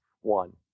One